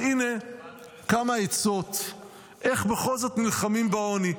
אז הינה כמה עצות איך בכל זאת נלחמים בעוני,